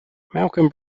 malcolm